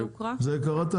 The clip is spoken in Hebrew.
מי בעד?